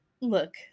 look